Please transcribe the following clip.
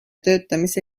töötamise